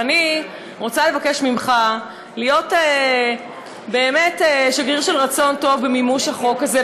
אבל אני רוצה לבקש ממך להיות באמת שגריר של רצון טוב במימוש החוק הזה,